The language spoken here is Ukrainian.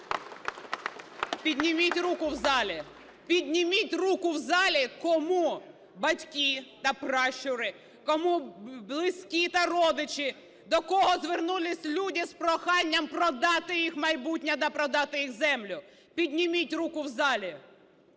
Підніміть руку в залі, підніміть руку в залі кому батьки та пращури, кому близькі та родичі, до кого звернулись люди з проханням продати їх майбутнє та продати їх землю, підніміть руку в залі.